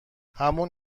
همون